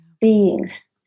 beings